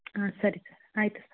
ಹಾಂ ಸರಿ ಆಯಿತು ಸರ್